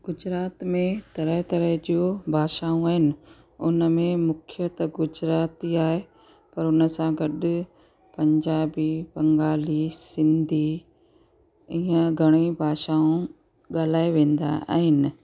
गुजरात में तरह तरहं जो भाषाऊं आहिनि उनमें मुख्य त गुजराती आहे पर उनसां गॾु पंजाबी बंगाली सिंधी हीअ घणेई भाषाऊं ॻाल्हाइ वेंदा आहिनि